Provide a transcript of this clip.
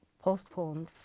postponed